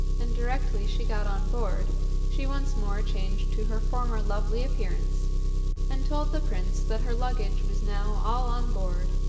and directly she got on board she once more changed to her former lovely appearance and told the prince that her luggage was now all on board,